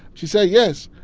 she said, yes.